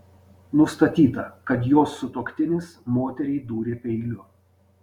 nustatyta kad jos sutuoktinis moteriai dūrė peiliu